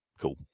Cool